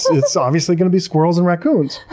it's obviously going to be squirrels and raccoons.